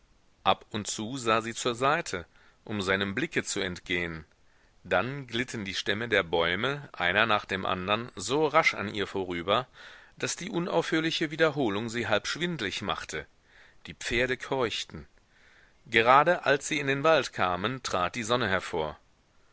ab und zu sah sie zur seite um seinem blicke zu entgehen dann glitten die stämme der bäume einer nach dem andern so rasch an ihr vorüber daß die unaufhörliche wiederholung sie halb schwindlig machte die pferde keuchten gerade als sie in den wald kamen trat die sonne hervor